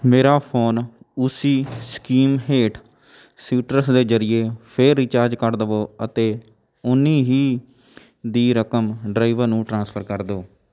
ਮੇਰਾ ਫੋਨ ਉਸੀ ਸਕੀਮ ਹੇਠ ਸੀਟਰਸ ਦੇ ਜਰੀਏ ਫਿਰ ਰਿਚਾਰਜ ਕਰ ਦੇਵੋ ਅਤੇ ਓਨੀ ਹੀ ਦੀ ਰਕਮ ਡਰਾਈਵਰ ਨੂੰ ਟ੍ਰਾਂਸਫਰ ਕਰ ਦਿਉ